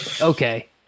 Okay